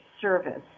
service